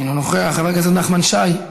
אינו נוכח, חבר הכנסת נחמן שי,